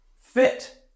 fit